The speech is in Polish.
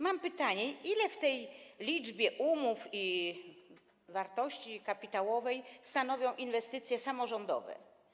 Mam pytanie: Ile w tej liczbie umów i wartości kapitałowej stanowią inwestycje samorządowe?